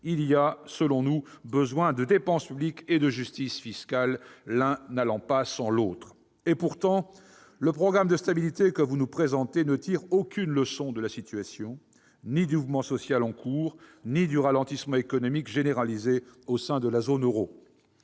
par nos concitoyens, la dépense publique et la justice fiscale sont nécessaires, l'une n'allant pas sans l'autre. Néanmoins, le programme de stabilité que vous nous présentez ne tire aucune leçon de la situation, ni du mouvement social en cours ni du ralentissement économique généralisé au sein de la zone euro.